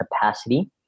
capacity